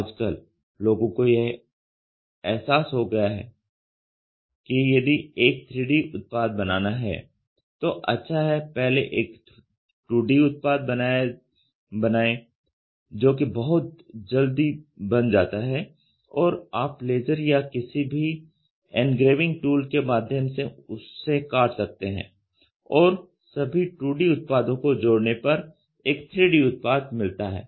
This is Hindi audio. आजकल लोगों को यह एहसास हो गया है कि यदि एक 3D उत्पाद बनाना हैं तो अच्छा है पहले एक 2D उत्पाद बनाएं जोकि बहुत जल्दी बन जाता है और आप लेजर या किसी भी एनग्रेविंग टूल के माध्यम से उसे काट सकते हैं और सभी 2D उत्पादों को जोड़ने पर एक 3D उत्पाद मिलता है